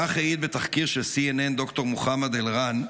כך העיד בתחקיר של CNN ד"ר מוחמד אל-ראן,